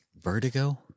Vertigo